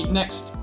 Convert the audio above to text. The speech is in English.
next